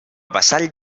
vassall